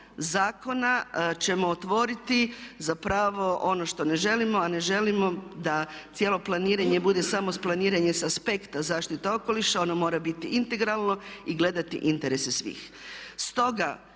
zakona ćemo otvoriti zapravo ono što ne želimo a ne želimo da cijelo planiranje bude samo planiranje s aspekta zaštite okoliša. Ono mora biti integralno i gledati interese svih. Stoga